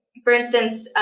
for instance,